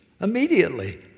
immediately